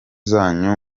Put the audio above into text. zanyu